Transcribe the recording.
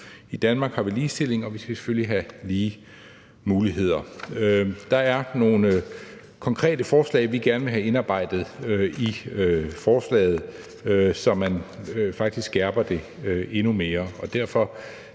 I Danmark har vi ligestilling, og vi skal selvfølgelig have lige muligheder. Der er nogle konkrete forslag, vi gerne vil have indarbejdet i lovforslaget, så man faktisk skærper det endnu mere,